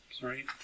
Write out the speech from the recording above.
Sorry